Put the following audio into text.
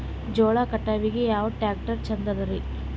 ಜೋಳ ಕಟಾವಿಗಿ ಯಾ ಟ್ಯ್ರಾಕ್ಟರ ಛಂದದರಿ?